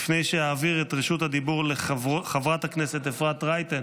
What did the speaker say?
לפני שאעביר את רשות הדיבור לחברת הכנסת אפרת רייטן